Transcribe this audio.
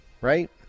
right